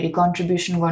contribution